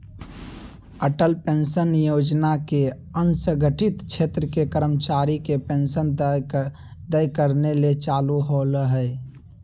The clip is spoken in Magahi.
अटल पेंशन योजना के असंगठित क्षेत्र के कर्मचारी के पेंशन देय करने ले चालू होल्हइ